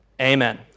Amen